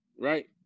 Right